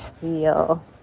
feel